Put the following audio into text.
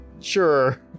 Sure